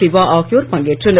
சிவா ஆகியோர் பங்கேற்றனர்